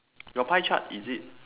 your pie chart is it